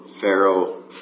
Pharaoh